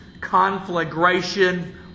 conflagration